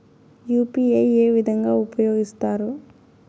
UPI ఏ విధంగా ఉపయోగిస్తారు?